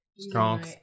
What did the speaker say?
Strong